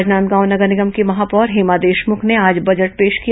राजनादगांव नगर निगम की महापौर हेमा देशमुख ने आज बजट पेश किया